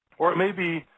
or it may be